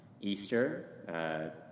Easter